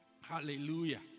hallelujah